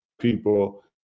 people